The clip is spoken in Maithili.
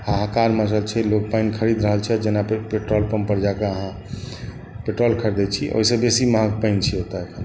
हाहाकार मचल छै लोक पानि खरीद रहल छै जेना कि पेट्रोल पम्पपर जाकए अहाँ पेट्रोल खरीदै छी ओहिसँ बेसी महग पानि छै ओतय